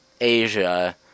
asia